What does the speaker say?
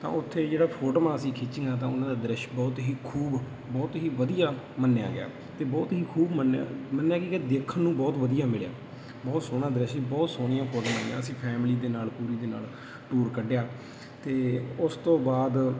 ਤਾਂ ਉੱਥੇ ਜਿਹੜਾ ਫੋਟੋਆਂ ਅਸੀਂ ਖਿੱਚੀਆਂ ਤਾਂ ਉਹਨਾਂ ਦਾ ਦ੍ਰਿਸ਼ ਬਹੁਤ ਹੀ ਖੂਬ ਬਹੁਤ ਹੀ ਵਧੀਆ ਮੰਨਿਆ ਗਿਆ ਅਤੇ ਬਹੁਤ ਹੀ ਖੂਬ ਮੰਨਿਆ ਮੰਨਿਆ ਕੀ ਗਿਆ ਦੇਖਣ ਨੂੰ ਬਹੁਤ ਵਧੀਆ ਮਿਲਿਆ ਬਹੁਤ ਸੋਹਣਾ ਦ੍ਰਿਸ਼ ਬਹੁਤ ਸੋਹਣੀਆਂ ਫੋਟੋਆਂ ਆਈਆਂ ਅਸੀਂ ਫੈਮਿਲੀ ਦੇ ਨਾਲ ਪੂਰੀ ਦੇ ਨਾਲ ਟੂਰ ਕੱਢਿਆ ਅਤੇ ਉਸ ਤੋਂ ਬਾਅਦ